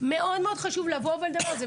מאוד מאוד חשוב לבוא ולדבר על זה.